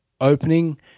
opening